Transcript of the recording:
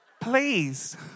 Please